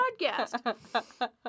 podcast